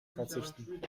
verzichten